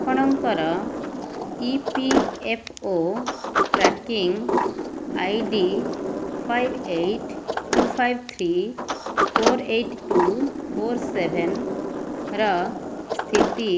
ଆପଣଙ୍କର E P F O tracking I D five eight two five three four eight two four ସେଭେନ୍ର ସ୍ଥିତି